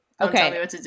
Okay